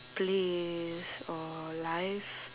plays or live